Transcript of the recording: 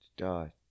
die